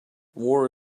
war